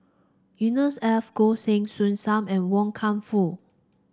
Yusnor Ef Goh Heng Soon Sam and Wan Kam Fook